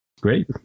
Great